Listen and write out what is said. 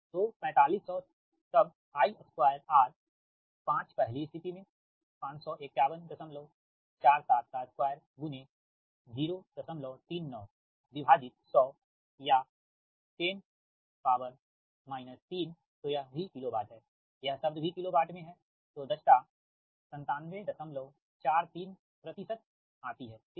तो4500 तब I2R 5 पहली स्थिति में 551472 039विभाजित 100 या 10 3 तो यह भी किलोवाट है यह शब्द भी किलोवाट में हैतो दक्षता 9743 ठीक